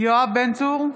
יואב בן צור,